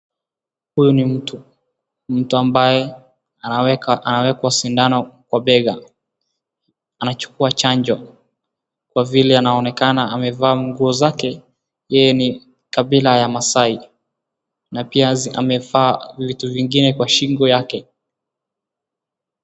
Huyu ni mtu. Mtu ambaye anawekwa sindano kwa bega. Anachukua chanjo kwa vile anaonekana amevaa nguo zake yeye ni masai na pia amevaa vitu vingine kwa shingo yake.